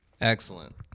Excellent